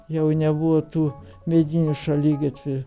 jau nebuvo tų medinių šaligatvių